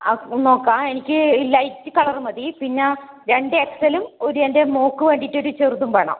ആ നോക്കാം എനിക്ക് ലൈറ്റ് കളറു മതി പിന്ന രണ്ടു എക്സെല്ലും ഒരു എൻ്റെ മോൾക്ക് വേണ്ടിട്ടൊരു ചെറുതും വേണം